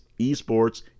esports